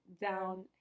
down